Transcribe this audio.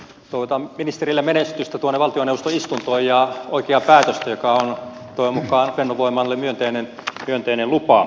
toivotan ministerille menestystä tuonne valtioneuvoston istuntoon ja oikeaa päätöstä joka on toivon mukaan fennovoimalle myönteinen lupa